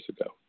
ago